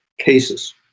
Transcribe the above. cases